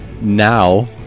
Now